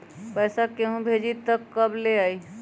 पैसा केहु भेजी त कब ले आई?